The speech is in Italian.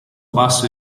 basso